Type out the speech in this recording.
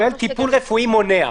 כולל טיפול רפואי מונע.